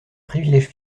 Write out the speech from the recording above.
privilèges